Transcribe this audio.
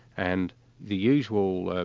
and the usual